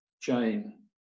Jane